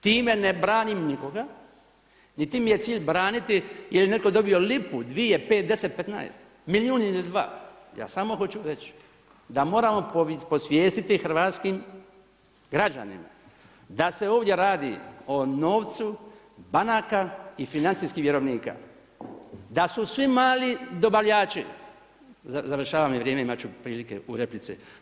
Time ne branim nikoga niti mi je cilj braniti jel netko dobio lipu, dvije, pet, deset, petnaest, milijun ili dva, ja samo hoću reći da moramo posvjestiti hrvatskim građanima da se ovdje radi o novcu banaka i financijskih vjerovnika, da su svi mali dobavljači, završava mi vrijeme imat ću prilike u replici.